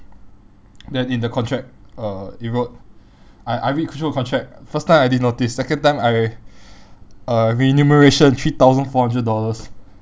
then in the contract uh it wrote I I read through the contract first time I didn't notice second time I uh remuneration three thousand four hundred dollars